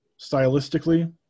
stylistically